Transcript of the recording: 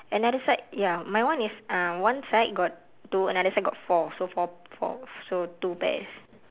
another side ya mine one is uh one side got two another side got four so four four so two pairs